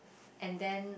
and then